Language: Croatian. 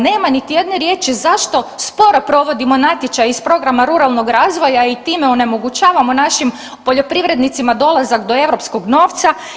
Nema niti jedne riječi zašto sporo provodimo natječaj iz Programa Ruralnog razvoja i time onemogućavamo našim poljoprivrednicima dolazak do europskog novca.